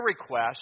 request